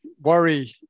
worry